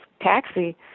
taxi